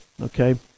Okay